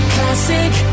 Classic